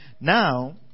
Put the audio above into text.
Now